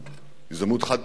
חד-פעמית